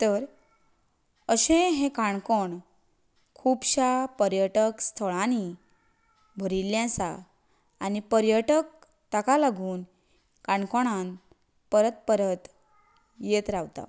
तर अशें हें काणकोण खुबश्या पर्यटक स्थळांनी भरिल्लें आसा आनी पर्यटक ताका लागून काणकोणांत परत परत येत रावतात